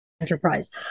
Enterprise